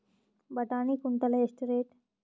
ಬಟಾಣಿ ಕುಂಟಲ ಎಷ್ಟು ರೇಟ್?